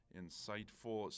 insightful